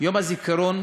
יום הזיכרון